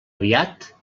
aviat